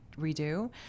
redo